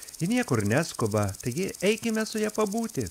ji niekur neskuba taigi eikime su ja pabūti